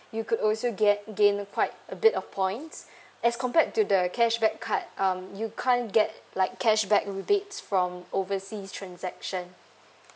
you could also get gain quite a bit of points as compared to the cashback card um you can't get like cashback rebates from overseas transaction